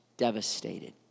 devastated